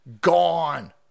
Gone